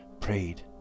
prayed